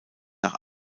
nach